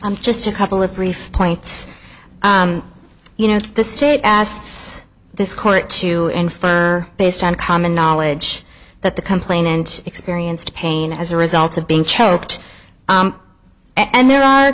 i'm just a couple of brief points you know the state asked this court to infer based on common knowledge that the complainant experienced pain as a result of being choked and there are